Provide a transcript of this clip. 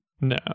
no